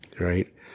right